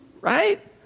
right